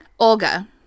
Olga